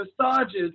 massages